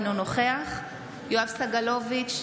אינו נוכח יואב סגלוביץ'